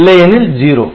இல்லையெனில் '0'